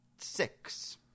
six